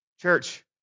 Church